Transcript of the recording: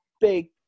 big